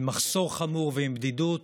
עם מחסור חמור ועם בדידות